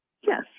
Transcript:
Yes